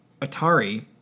Atari